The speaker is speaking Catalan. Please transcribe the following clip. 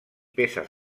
peces